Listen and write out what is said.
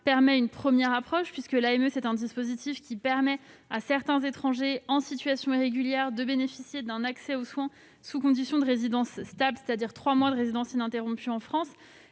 permet une première approche, puisque ce dispositif offre à certains étrangers en situation irrégulière un accès aux soins sous condition de résidence stable, c'est-à-dire avec trois mois de résidence ininterrompue en France.